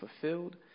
fulfilled